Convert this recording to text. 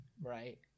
right